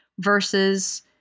versus